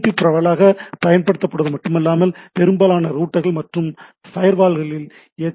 B பரவலாகப் பயன்படுத்தப்படுவது மட்டுமல்லாமல் பெரும்பாலான ரூட்டர்கள் மற்றும் ஃபயர்வால்களிலும் எச்